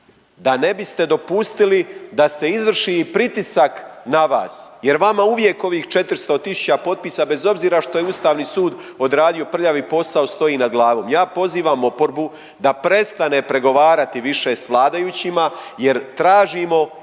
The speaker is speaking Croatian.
da ne biste dopustili da se izvrši i pritisak na vas jer vama uvijek ovih 400 tisuća potpisa bez obzira što je ustavni sud odradio prljavi posao stoji nad glavom. Ja pozivam oporbu da prestane pregovarati više s vladajućima jer tražimo